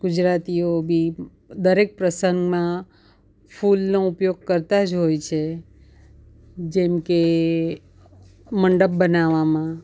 ગુજરાતીઓ બી દરેક પ્રસંગમાં ફૂલનો ઉપયોગ કરતાં જ હોય છે જેમ કે મંડપ બનાવવામાં